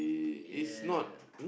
yes